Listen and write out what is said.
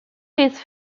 his